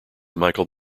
michael